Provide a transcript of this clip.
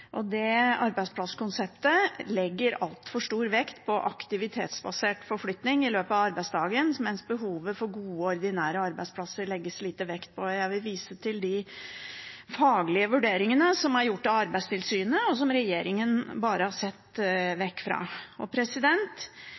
Det arbeidsplasskonseptet legger altfor stor vekt på aktivitetsbasert forflytning i løpet av arbeidsdagen, mens behovet for gode ordinære arbeidsplasser legges det lite vekt på. Jeg vil vise til de faglige vurderingene som er gjort av Arbeidstilsynet, og som regjeringen bare har sett vekk fra.